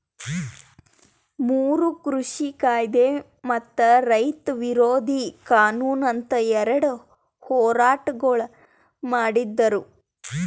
ಮೂರು ಕೃಷಿ ಕಾಯ್ದೆ ಮತ್ತ ರೈತ ವಿರೋಧಿ ಕಾನೂನು ಅಂತ್ ಎರಡ ಹೋರಾಟಗೊಳ್ ಮಾಡಿದ್ದರು